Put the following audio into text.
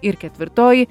ir ketvirtoji